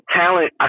talent